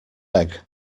egg